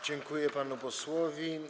Dziękuję panu posłowi.